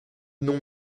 nom